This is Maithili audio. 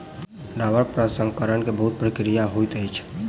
रबड़ प्रसंस्करण के बहुत प्रक्रिया होइत अछि